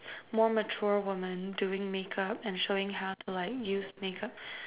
more mature women doing makeup and showing how to like use makeup